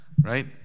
right